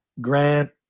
Grant